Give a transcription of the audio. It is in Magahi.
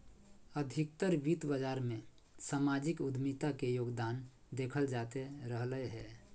अधिकतर वित्त बाजार मे सामाजिक उद्यमिता के योगदान देखल जाते रहलय हें